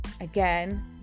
again